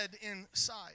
inside